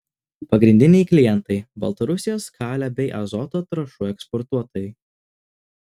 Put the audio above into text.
pagrindiniai klientai baltarusijos kalio bei azoto trąšų eksportuotojai